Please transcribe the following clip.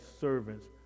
servants